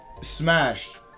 smashed